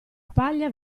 paglia